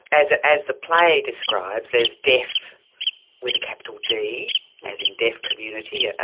as as the play describes, there's deaf with a capital d, as in deaf community, yeah